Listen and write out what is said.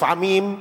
לפעמים,